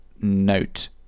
note